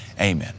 amen